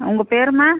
உங்கள் பேரும்மா